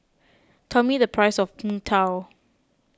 tell me the price of Png Tao